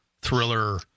thriller